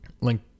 link